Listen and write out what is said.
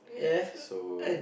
so